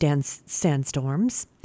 sandstorms